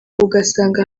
ugasanga